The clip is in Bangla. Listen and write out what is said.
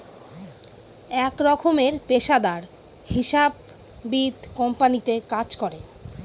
এক রকমের পেশাদার হিসাববিদ কোম্পানিতে কাজ করে